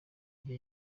gihe